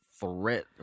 threat